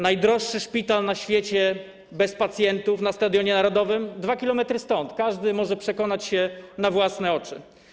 Najdroższy szpital na świecie bez pacjentów na Stadionie Narodowym, 2 km stąd, każdy może przekonać się na własne oczy.